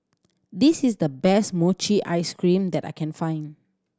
this is the best mochi ice cream that I can find